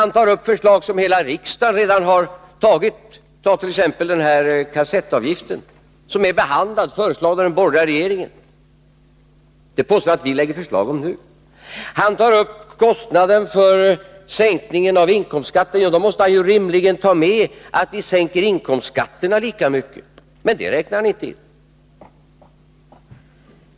Tobisson tar upp förslag som riksdagen redan har godtagit, t.ex. kassettavgiften. Den föreslogs av den borgerliga regeringen, men Lars Tobisson påstår att vi lägger fram förslag om den nu. Han tar vidare upp finansieringen av sänkningen av inkomstskatten. Då måste han också rimligen ta med att vi sänker inkomstskatten lika mycket, men det räknar han inte in.